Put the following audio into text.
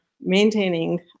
maintaining